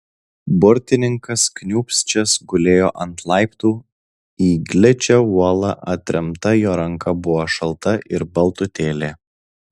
burtininkas kniūbsčias gulėjo ant laiptų į gličią uolą atremta jo ranka buvo šalta ir baltutėlė